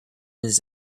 his